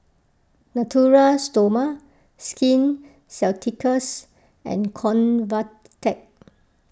Natura Stoma Skin Ceuticals and Convatec